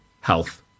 health